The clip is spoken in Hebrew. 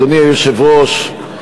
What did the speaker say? אדוני היושב-ראש,